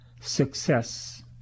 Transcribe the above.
success